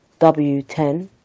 W10